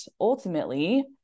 ultimately